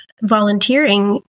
volunteering